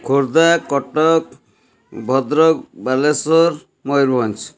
Khordha Cuttack Bhadrak Baleswar Mayurbhanj